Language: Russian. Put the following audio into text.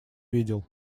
видел